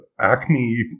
acne